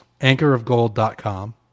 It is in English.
Anchorofgold.com